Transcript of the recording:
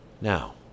Now